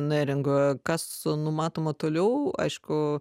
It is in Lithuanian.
neringa kas numatoma toliau aišku